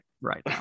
right